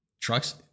Trucks